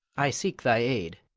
i seek thy aid.